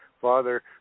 Father